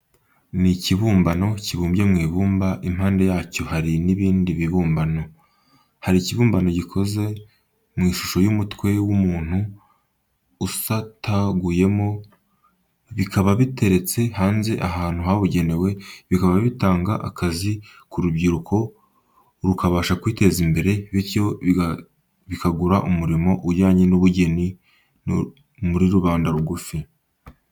Ni ikibumbano kibumbye mu ibumba impande yacyo hari n'ibindi bibumbano. Hari ikibumbano gikoze mu ishusho y'umutwe w'umuntu usataguyemo, bikaba biteretse hanze ahantu habugenewe, bikaba bitanga akazi ku rubyiruko rukabasha kwiteza imbere, bityo bikagura umurimo ujyanye n'ubugeni muri rubanda rugufi.